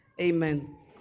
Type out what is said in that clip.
Amen